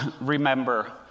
remember